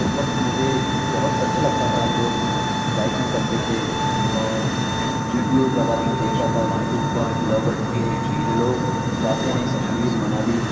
اس وقت مجھے بہت اچھا لگتا تھا لوگ بائکنگ کرتے تھے اور ویڈیوز وغیرہ میں دیکھتا تھا یو ٹیوب پر بلاگرس کے کہ وہ لوگ جاتے ہیں کشمیر منالی